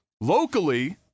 locally